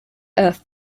earth